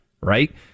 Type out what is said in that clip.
Right